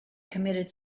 committed